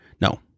No